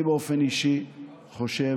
אני באופן אישי חושב,